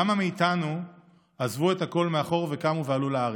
כמה מאיתנו עזבו הכול מאחור וקמו ועלו לארץ?